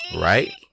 Right